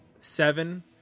seven